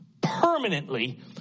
permanently